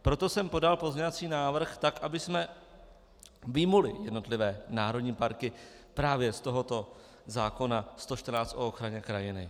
Proto jsem podal pozměňovací návrh tak, abychom vyjmuli jednotlivé národní parky právě z tohoto zákona 114 o ochraně krajiny.